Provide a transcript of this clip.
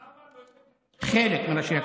יש לי שאלה: אמרת שדיברת עם ראשי הקואליציה.